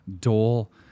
dole